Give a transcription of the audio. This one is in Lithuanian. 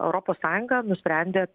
europos sąjunga nusprendė